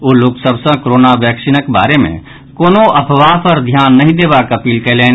ओ लोकसभ सॅ कोरोना बैक्सीनक बारे मे कोनो अफबाह पर ध्यान नहि देबाक अपील कयलनि